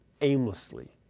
aimlessly